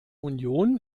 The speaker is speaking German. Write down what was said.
union